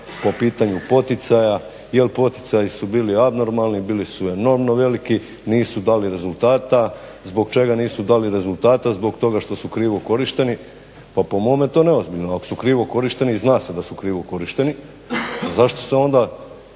po pitanju poticaja. Jel' poticaji su bili abnormalni, bili su enormno veliki, nisu dali rezultata. Zbog čega nisu dali rezultata? Zbog toga što su krivo korišteni. Pa po mome je to neozbiljno. Ako su krivo korišteni i zna se da su krivo korišteni, zašto onda,